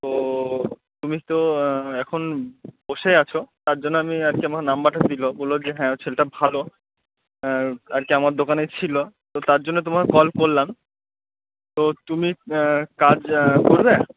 তো তুমি তো এখন বসে আছো তার জন্য আমি আর কি আমার নম্বরটা দিলো বলল যে হ্যাঁ ও ছেলটা ভালো আর কি আমার দোকানে ছিলো তো তার জন্য তোমার কল করলাম তো তুমি কাজ করবে